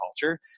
culture